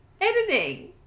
Editing